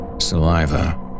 Saliva